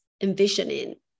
envisioning